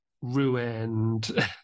ruined